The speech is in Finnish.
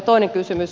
toinen kysymys